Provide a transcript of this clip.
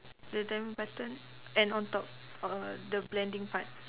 the diamond button and on top on the blending part